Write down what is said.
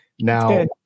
Now